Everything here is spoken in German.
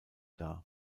dar